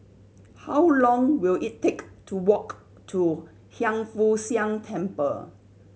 how long will it take to walk to Hiang Foo Siang Temple